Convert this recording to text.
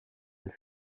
elle